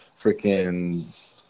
freaking